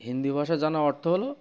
হিন্দি ভাষা জানা অর্থ হল